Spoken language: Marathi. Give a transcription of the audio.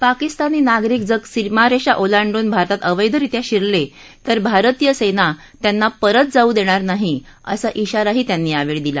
पाकिस्तानी नागरिक जर सीमारेषा ओलांडून भारतात अवैधरित्या शिरले तर भारतीय सेना त्यांना परत जाऊ देणार नाही असा इशाराही त्यांना यावेळी दिला